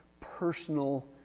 personal